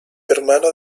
hermano